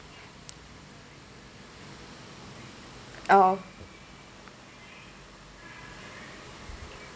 oh